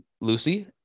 Lucy